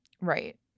right